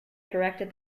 directed